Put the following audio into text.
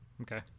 Okay